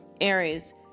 Aries